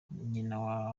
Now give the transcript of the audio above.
nyina